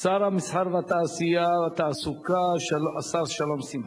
שר התעשייה, המסחר והתעסוקה, השר שלום שמחון.